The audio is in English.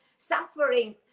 suffering